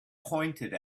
pointed